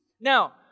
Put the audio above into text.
Now